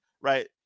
right